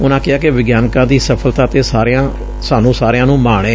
ਉਨੂੰ ਕਿਹਾ ਕਿ ਵਿਗਿਆਨਕਾਂ ਦੀ ਸਫ਼ਲਤਾ ਤੇ ਸਾਨੂੰ ਸਾਰਿਆਂ ਨੂੰ ਬਹੁਤ ਮਾਣ ਏ